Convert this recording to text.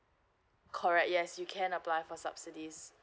correct yes you can apply for subsidies